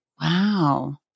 Wow